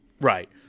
Right